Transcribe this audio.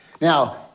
Now